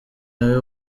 nawe